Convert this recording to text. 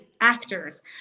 actors